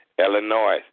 Illinois